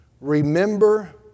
Remember